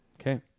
okay